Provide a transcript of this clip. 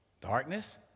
darkness